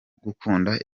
gukunda